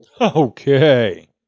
Okay